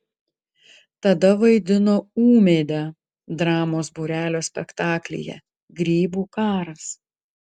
tada vaidino ūmėdę dramos būrelio spektaklyje grybų karas